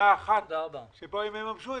מה זה,